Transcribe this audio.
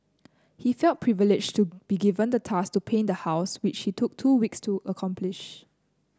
he felt privileged to be given the task to paint the house which he took two weeks to accomplish